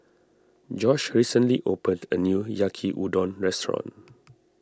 Josh recently opened a new Yaki Udon restaurant